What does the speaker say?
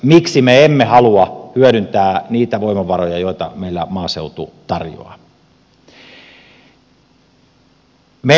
miksi me emme halua hyödyntää niitä voimavaroja joita meillä maaseutu tarjoaa